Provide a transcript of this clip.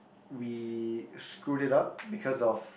we screwed it up because of